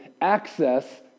access